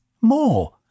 more